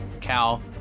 Cal